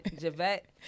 javette